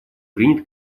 принят